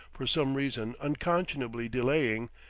for some reason unconscionably delaying,